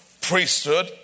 priesthood